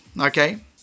okay